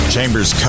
Chambers